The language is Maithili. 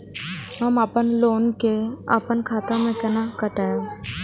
हम अपन लोन के अपन खाता से केना कटायब?